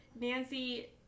Nancy